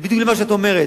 בדיוק לשם מה שאת אומרת,